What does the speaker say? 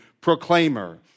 proclaimer